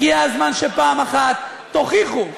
הגיע הזמן שפעם אחת תוכיחו,